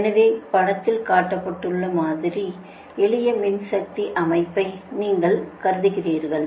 எனவே படத்தில் காட்டப்பட்டுள்ள மாதிரி எளிய மின்சக்தி அமைப்பை நீங்கள் கருதுகிறீர்கள்